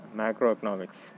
macroeconomics